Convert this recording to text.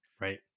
right